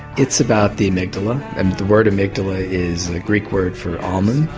it's about the amygdala and the word amygdala is a greek word for almond,